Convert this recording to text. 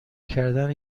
کردن